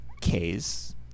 K's